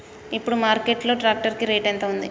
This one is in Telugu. ఇప్పుడు మార్కెట్ లో ట్రాక్టర్ కి రేటు ఎంత ఉంది?